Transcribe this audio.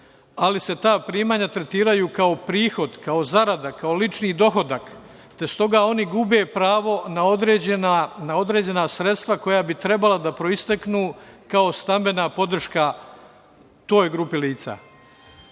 života. Ta primanja se tretiraju kao prihod, kao zarada, kao lični dohodak, te stoga oni gube pravo na određena sredstva koja bi trebala da proisteknu kao stambena podrška toj grupi